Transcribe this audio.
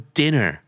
dinner